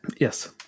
Yes